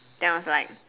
then I was like